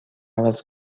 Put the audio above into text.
عوض